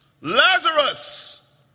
Lazarus